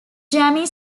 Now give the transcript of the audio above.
jamie